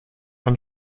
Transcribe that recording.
ein